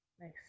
Nice